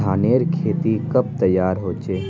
धानेर खेती कब तैयार होचे?